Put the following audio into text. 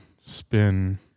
spin